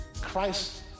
Christ